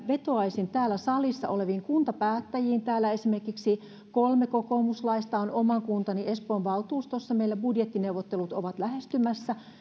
vetoaisin täällä salissa oleviin kuntapäättäjiin täällä esimerkiksi kolme kokoomuslaista on oman kuntani espoon valtuustossa ja meillä budjettineuvottelut ovat lähestymässä että